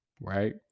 right